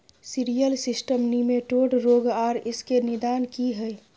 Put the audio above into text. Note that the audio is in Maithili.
सिरियल सिस्टम निमेटोड रोग आर इसके निदान की हय?